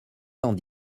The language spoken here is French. cent